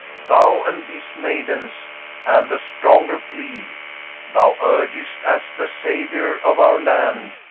thou and these maidens and the stronger plea thou urgest, as the savior of our land,